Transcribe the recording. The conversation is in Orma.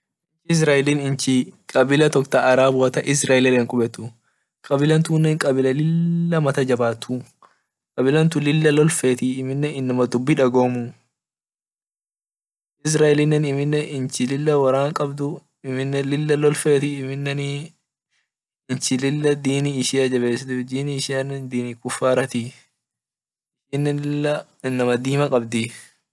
Israeli inchi kabila tok tarabun kubetu kabila tunne kabila lila mata jabatuu kabilantu lila lol fet amine inama dubi dageimuu israel amine inchi lila woran qabd amine lila lol fet amine lila dini ishia jabesit dini ishiane dini kufara tii amine lila dima qabd.